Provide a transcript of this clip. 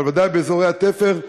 בוודאי באזורי התפר,